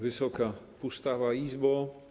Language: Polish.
Wysoka Pustawa Izbo!